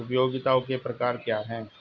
उपयोगिताओं के प्रकार क्या हैं?